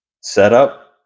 setup